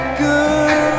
good